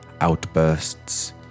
outbursts